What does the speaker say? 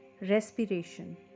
Respiration